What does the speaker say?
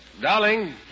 Darling